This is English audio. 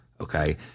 Okay